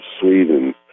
Sweden